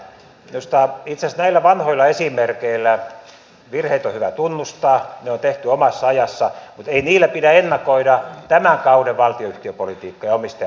minusta itse asiassa näillä vanhoilla esimerkeillä virheet on hyvä tunnustaa ne on tehty omassa ajassa mutta ei niillä pidä ennakoida tämän kauden valtionyhtiöpolitiikkaa ja omistajapolitiikkaa